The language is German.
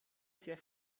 sehr